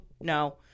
no